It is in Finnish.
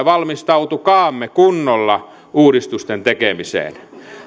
valmistautukaamme kunnolla uudistusten tekemiseen